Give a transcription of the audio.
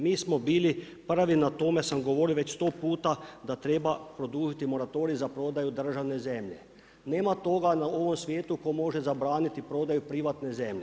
Mi smo bili, prvi na tome sam govorio već sto puta da treba produžiti moratorij za prodaju državne zemlje, nema toga na ovome svijetu tko može zabraniti prodaju privatne zemlje.